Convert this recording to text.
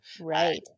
right